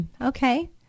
okay